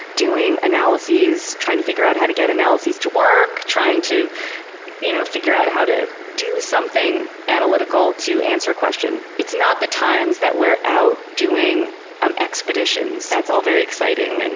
doing analyses, trying to figure out how to get analyses to work, trying to you know figure out how to do something analytical to answer a question. it's not the times that we're out doing um expeditions. that's all very exciting, and